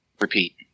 Repeat